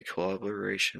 collaboration